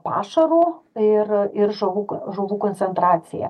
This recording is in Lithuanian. pašaru ir ir žuvų žuvų koncentracija